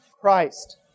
Christ